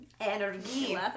Energy